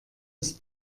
ist